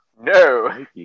No